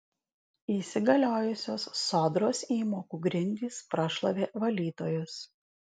įsigaliojusios sodros įmokų grindys prašlavė valytojus